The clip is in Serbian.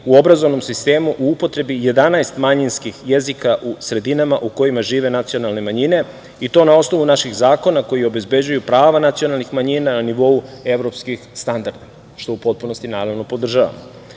u obrazovnom sistemu u upotrebi 11 manjinskih jezika u sredinama u kojima žive nacionalne manjine i to na osnovu naših zakona koji obezbeđuju prava nacionalnih manjina na nivou evropskih standarda, što u potpunosti naravno podržavam.